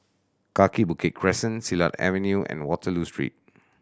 Kaki Bukit Crescent Silat Avenue and Waterloo Street